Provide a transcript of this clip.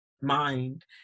mind